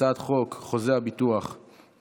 הצעת חוק חוזה הביטוח (תיקון,